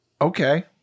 Okay